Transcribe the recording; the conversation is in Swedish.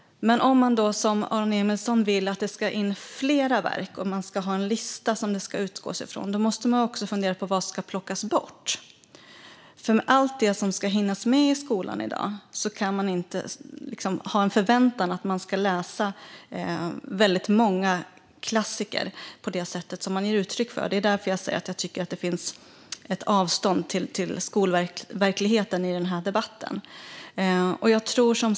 Om man då som Aron Emilsson vill att det ska in fler verk och att man ska utgå ifrån en lista måste man dock även fundera på vad som ska plockas bort. Med tanke på allt det som ska hinnas med i skolan i dag kan man nämligen inte förvänta sig att eleverna ska läsa väldigt många klassiker på det sätt man ger uttryck för. Det är därför jag säger att jag tycker att det finns ett avstånd till skolverkligheten i den här debatten.